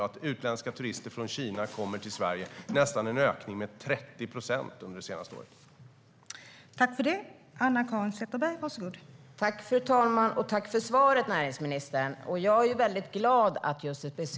Det har skett en ökning med nästan 30 procent under det senaste året av kinesiska turister som kommer till Sverige.